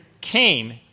came